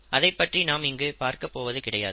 அதைப் பற்றி நாம் இங்கு பார்க்கப்போவது கிடையாது